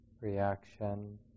reaction